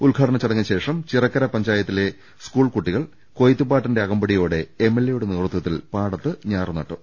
ഉദ്ഘാടന ചടങ്ങിനുശേഷം ചിറക്കര പഞ്ചായ ത്തിലെ സ്കൂൾ കുട്ടികൾ കൊയ്ത്തുപാട്ടിന്റെ അകമ്പടിയോടെ എംഎൽഎയുടെ നേതൃത്വത്തിൽ പാടത്ത് ഞാറ് നട്ടു